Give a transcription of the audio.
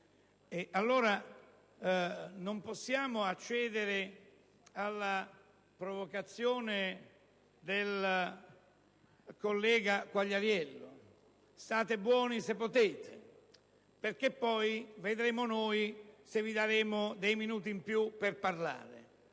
Allora non possiamo accedere alla provocazione del collega Quagliariello: state buoni, se potete, perché poi vedremo noi se vi daremo dei minuti in più per parlare.